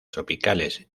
tropicales